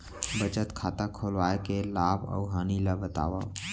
बचत खाता खोलवाय के लाभ अऊ हानि ला बतावव?